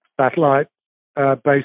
satellite-based